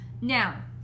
now